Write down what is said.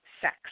sex